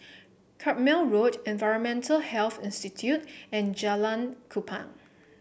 Carpmael Road Environmental Health Institute and Jalan Kupang